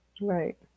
Right